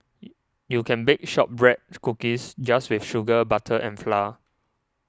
you can bake Shortbread Cookies just with sugar butter and flour